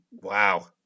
wow